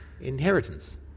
Inheritance